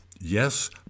Yes